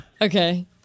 Okay